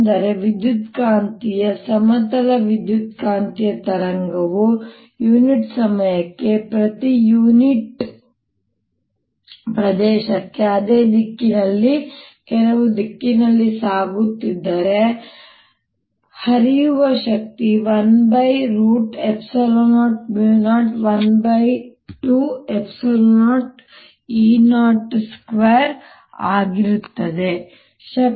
ಅಂದರೆ ವಿದ್ಯುತ್ಕಾಂತೀಯ ಸಮತಲ ವಿದ್ಯುತ್ಕಾಂತೀಯ ತರಂಗವು ಯುನಿಟ್ ಸಮಯಕ್ಕೆ ಪ್ರತಿ ಯೂನಿಟ್ ಪ್ರದೇಶಕ್ಕೆ ಅದೇ ದಿಕ್ಕಿನಲ್ಲಿ ಕೆಲವು ದಿಕ್ಕಿನಲ್ಲಿ ಸಾಗುತ್ತಿದ್ದರೆ ಹರಿಯುವ ಶಕ್ತಿಯು 100120E02 ಆಗಿರುತ್ತದೆ